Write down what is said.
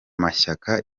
mashyaka